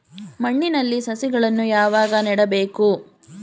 ಮಣ್ಣಿನಲ್ಲಿ ಸಸಿಗಳನ್ನು ಯಾವಾಗ ನೆಡಬೇಕು?